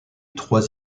trois